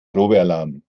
probealarm